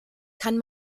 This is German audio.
kann